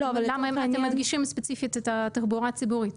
למה אתם מדגישים ספציפית את התחבורה הציבורית?